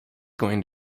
going